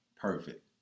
perfect